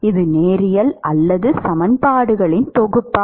இது நேரியல் அல்லது சமன்பாடுகளின் தொகுப்பா